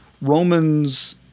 Romans